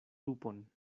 lupon